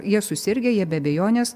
jie susirgę jie be abejonės